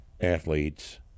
athletes